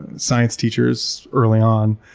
science teachers early on.